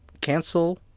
cancel